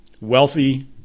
wealthy